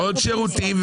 עוד שירותים,